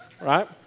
right